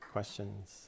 Questions